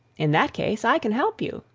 in that case i can help you,